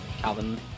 Calvin